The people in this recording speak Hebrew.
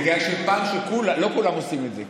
בגלל שלא כולם עושים את זה.